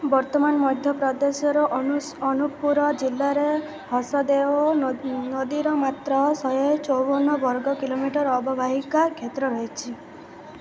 ବର୍ତ୍ତମାନ ମଧ୍ୟପ୍ରଦେଶର ଅନୁ ଅନୁପ୍ପୁର ଜିଲ୍ଲାରେ ହସଦେଓ ନଦୀର ମାତ୍ର ଶହେ ଚଉବନ ବର୍ଗ କିଲୋମିଟର ଅବବାହିକା କ୍ଷେତ୍ର ରହିଛି